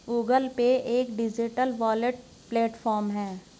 Google Pay एक digital wallet platform है